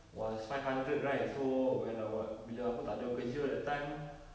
was five hundred right so when I wa~ bila aku tak ada kerja that time